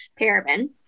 paraben